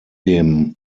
dem